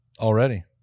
already